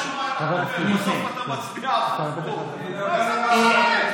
בסוף אתה מצביע הפוך, מה זה משנה?